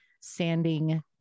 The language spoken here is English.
sanding